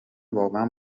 واقعا